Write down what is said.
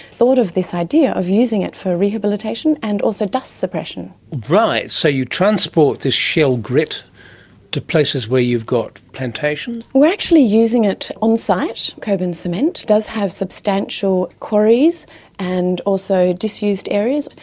thought of this idea of using it for rehabilitation and also dust suppression. right, so you transport this shell grit to places where you've got plantations? we're actually using it on site. kind of cockburn cement does have substantial quarries and also disused areas.